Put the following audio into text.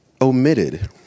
omitted